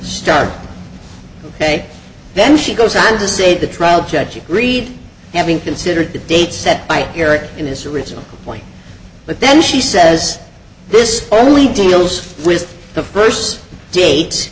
start ok then she goes on to say the trial judge agreed having considered the date set by eric in his original point but then she says this only deals with the first date